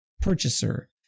purchaser